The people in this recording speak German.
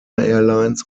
airlines